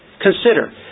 consider